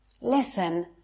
Listen